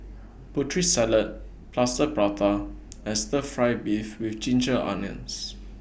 Putri Salad Plaster Prata and Stir Fry Beef with Ginger Onions